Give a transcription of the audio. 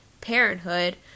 Parenthood